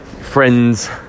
friends